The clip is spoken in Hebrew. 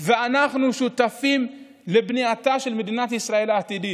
ואנחנו שותפים לבנייתה של מדינת ישראל העתידית.